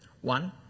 One